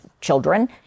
children